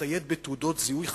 להצטייד בתעודות זיהוי חכמות,